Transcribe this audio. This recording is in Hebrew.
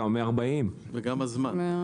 קח 140. וגם הזמן.